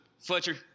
Fletcher